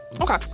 Okay